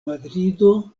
madrido